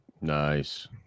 Nice